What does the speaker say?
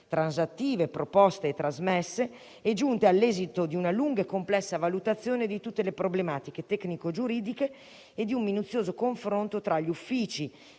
transattive trasmesse e giunte all'esito di una lunga e complessa valutazione di tutte le problematiche tecnico-giuridiche e di un minuzioso confronto tra gli uffici